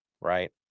right